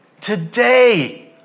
today